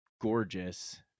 gorgeous